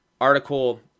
article